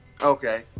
Okay